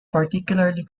particularly